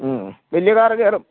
മ്മ് വലിയ കാറ് കയറും